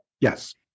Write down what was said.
Yes